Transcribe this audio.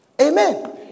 Amen